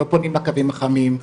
לא פונים לקווים החמים,